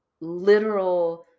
literal